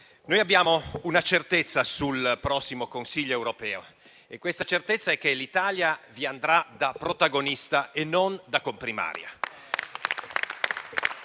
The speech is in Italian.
abbiamo una certezza sul prossimo Consiglio europeo e questa certezza è che l'Italia vi andrà da protagonista e non da comprimaria.